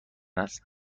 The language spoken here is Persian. است